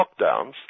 lockdowns